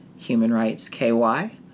humanrightsky